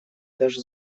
даже